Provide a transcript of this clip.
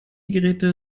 geräte